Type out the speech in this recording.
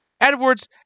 Edwards